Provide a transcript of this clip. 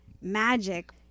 magic